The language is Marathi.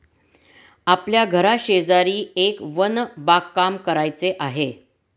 आपल्या घराशेजारी एक वन बागकाम करायचे आहे